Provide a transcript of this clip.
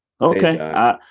Okay